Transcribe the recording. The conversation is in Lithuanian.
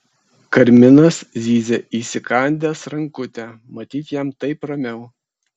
karminas zyzia įsikandęs rankutę matyt jam taip ramiau